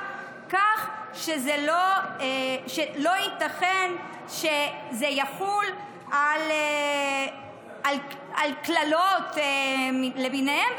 כך שלא ייתכן שזה יחול על קללות למיניהן,